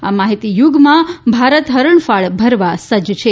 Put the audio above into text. આ માહિતી યુગમાં ભારત હરણફાળ ભરવા સજ્જ છે